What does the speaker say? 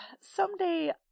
someday